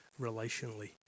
relationally